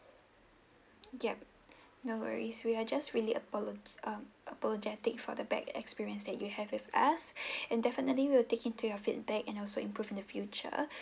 yup no worries we are just really apolo~ um apologetic for the bad experience that you have with us and definitely we'll take into your feedback and also improve in the future